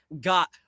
got